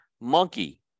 monkey